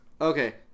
Okay